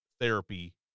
therapy